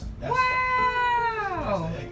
Wow